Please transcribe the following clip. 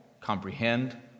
comprehend